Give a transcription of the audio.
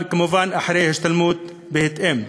אבל, כמובן, אחרי השתלמות מתאימה.